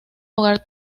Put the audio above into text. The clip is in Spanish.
hogar